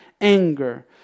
anger